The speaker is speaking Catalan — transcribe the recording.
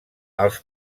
als